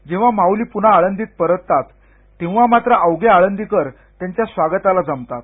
जेव्हा माउली प्न्हा आळंदीत परततात तेव्हा माञ अवघे आळंदीकर त्यांच्या स्वागताला जमतात